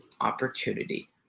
opportunity